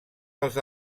als